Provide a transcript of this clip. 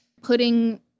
putting